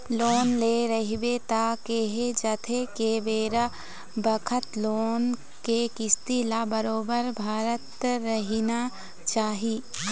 loan ले रहिबे त केहे जाथे के बेरा बखत लोन के किस्ती ल बरोबर भरत रहिना चाही